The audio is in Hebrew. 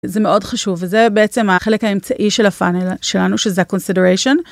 זה מאוד חשוב, וזה בעצם החלק האמצעי של הפאנל שלנו, שזה ה-consideration.